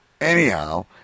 Anyhow